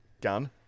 gun